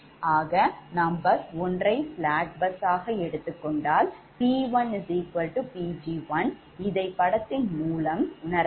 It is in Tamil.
ஆக நாம் பஸ் ஒன்றை slack பஸ் சாக எடுத்துக்கொண்டால் 𝑃1𝑃𝑔1 இதை படத்தின் மூலம் உணருகிறோம்